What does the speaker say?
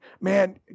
Man